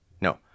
no